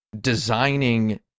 designing